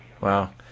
wow